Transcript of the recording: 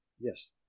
Yes